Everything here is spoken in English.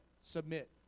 submit